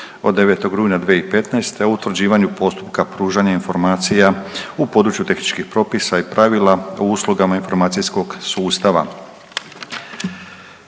od 9. rujna 2015. o utvrđivanju postupka pružanja informacija u području tehničkih propisa i pravila o uslugama informacijskog sustava.